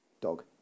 dog